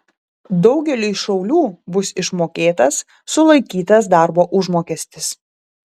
daugeliui šaulių bus išmokėtas sulaikytas darbo užmokestis